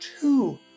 two